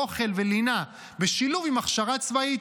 אוכל ולינה בשילוב עם הכשרה צבאית.